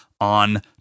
on